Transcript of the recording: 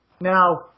Now